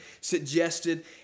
suggested